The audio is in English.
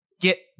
get